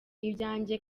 ibyanjye